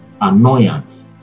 annoyance